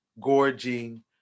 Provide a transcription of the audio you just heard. gorging